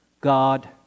God